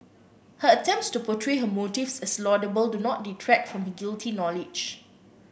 her attempts to portray her motives as laudable do not detract from her guilty knowledge